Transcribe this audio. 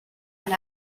and